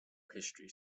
history